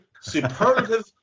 superlative